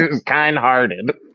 kind-hearted